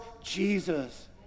Jesus